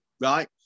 right